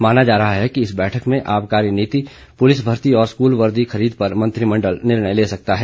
माना जा रहा है कि इस बैठक में आबकारी नीति पुलिस भर्ती और स्कूल वर्दी खरीद पर मंत्रिमण्डल निर्णय ले सकता है